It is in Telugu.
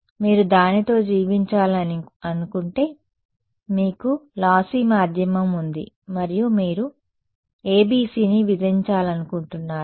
మీరు దానితో జీవించాలని అనుకుంటే మీకు లోసి మాధ్యమం ఉంది మరియు మీరు ABC ని విధించాలనుకుంటున్నారా